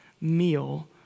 meal